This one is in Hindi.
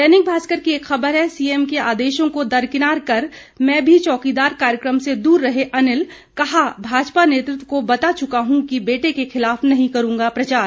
दैनिक भास्कर की एक खबर है सीएम के आदेशों को दरकिनार कर मैं भी चौकीदार कार्यक्रम से दूर रहे अनिल कहा भाजपा नेतृत्व को बता चुका हूं कि बेटे के खिलाफ नहीं करूंगा प्रचार